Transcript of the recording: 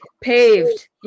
Paved